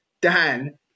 Dan